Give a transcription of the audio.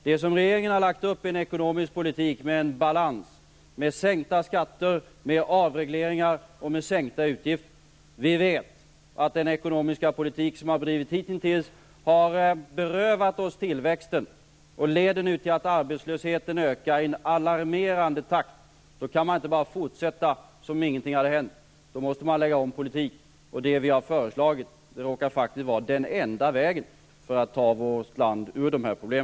Det som regeringen har lagt upp är en ekonomisk politik med balans, med sänkta skatter, med avregleringar och med sänkta utgifter. Vi vet att den ekonomiska politik som har bedrivits hitintills har berövat oss tillväxten och lett till att arbetslösheten nu ökar i en alarmerande takt. Då kan man inte bara fortsätta, som om ingenting hade hänt. Då måste man lägga om politiken. Det vi har föreslagit råkar faktiskt vara den enda vägen för att föra vårt land ur dessa problem.